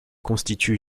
constitue